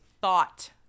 thought